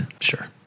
Sure